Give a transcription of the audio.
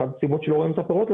אחת הסיבות שלא רואים את הפירות של